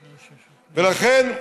ולכן,